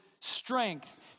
strength